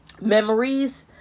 memories